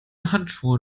handschuhe